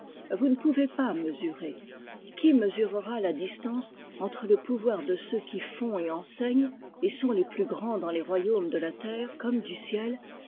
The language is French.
vous ne pouvez pas mesurer qui mesurera la distance entre le pouvoir de ceux qui font et enseignent et sont les plus grands dans les royaumes de la terre comme du ciel